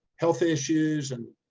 health issues and,